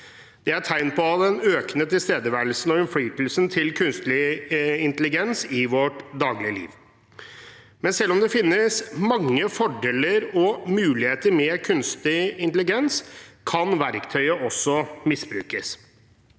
Det er et tegn på den økende tilstedeværelsen og innflytelsen til kunstig intelligens i vårt dagligliv. Men selv om det finnes mange fordeler og muligheter med kunstig intelligens, kan verktøyet også misbrukes.